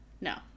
No